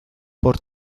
por